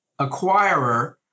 acquirer